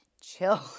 Chill